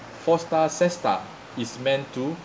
FOSTA SESTA is meant to